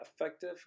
effective